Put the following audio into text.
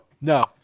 no